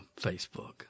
Facebook